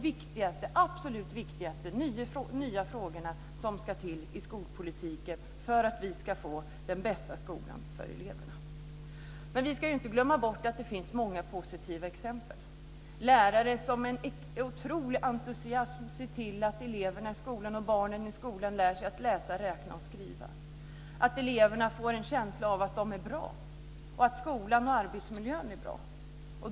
Vilka är de absolut viktigaste nya frågor som ska till i skolpolitiken för att vi ska få den bästa skolan för eleverna? Vi ska inte glömma bort att det finns många positiva exempel: Lärare som med otrolig entusiasm ser till att eleverna i skolan lär sig att läsa, räkna och skriva, att eleverna får en känsla av att de är bra och att skolan som arbetsmiljö är bra.